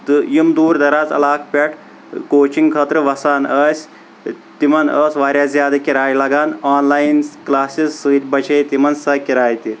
تہٕ یِم دوٗر دراز علاقہٕ پٮ۪ٹھ گوچِنگ خٲطرٕ وسان ٲسۍ تِمن ٲس واریاہ زیادٕ کِراے لگان آن لاین کلاسز سۭتۍ بچے تِمن سۄ کراے تہِ